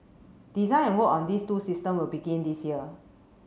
design and work on these two systems will begin this year